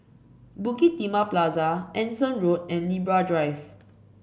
Bukit Timah Plaza Anson Road and Libra Drive